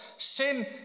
Sin